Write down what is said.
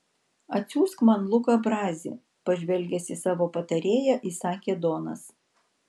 atsiųsk man luką brazį pažvelgęs į savo patarėją įsakė donas